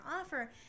offer